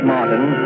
Martin